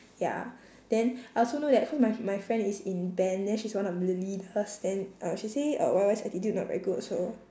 ya then I also know that cause my my friend is in band then she's one of the leaders then uh she say uh Y_Y's attitude not very good also